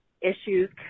issues